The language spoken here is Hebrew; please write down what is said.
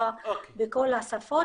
בכל השפות,